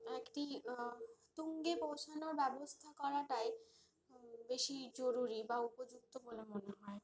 একটু তুঙ্গে পৌঁছানোর ব্যবস্থা করাটাই বেশি জরুরি বা উপযুক্ত বলে মনে হয়